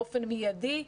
באופן מיידי,